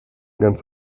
ganz